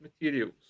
materials